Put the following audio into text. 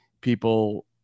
people